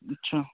अच्छा